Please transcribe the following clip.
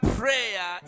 prayer